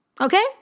Okay